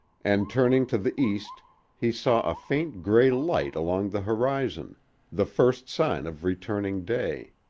and turning to the east he saw a faint gray light along the horizon the first sign of returning day.